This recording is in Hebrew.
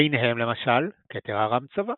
ביניהם, למשל, כתר ארם צובא.